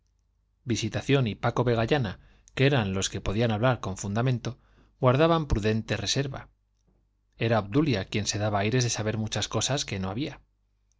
visitación y paco vegallana que eran los que podían hablar con fundamento guardaban prudente reserva era obdulia quien se daba aires de saber muchas cosas que no había